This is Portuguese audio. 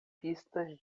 pistas